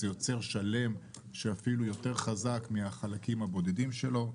זה יוצר שלם שאפילו יותר חזק מהחלקים הבודדים שלו.